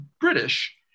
British